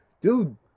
dude